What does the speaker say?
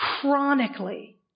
chronically